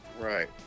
right